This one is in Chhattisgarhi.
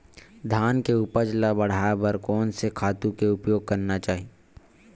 धान के उपज ल बढ़ाये बर कोन से खातु के उपयोग करना चाही?